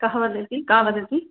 कः वदति का वदति